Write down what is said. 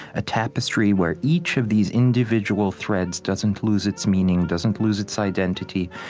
a tapestry where each of these individual threads doesn't lose its meaning, doesn't lose its identity,